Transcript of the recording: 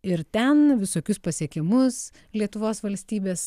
ir ten visokius pasiekimus lietuvos valstybės